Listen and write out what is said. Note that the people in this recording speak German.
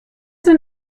sind